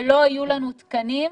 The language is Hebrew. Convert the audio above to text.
ולא יהיו לנו תקנים,